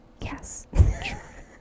Yes